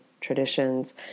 traditions